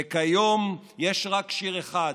וכיום יש רק שיר אחד: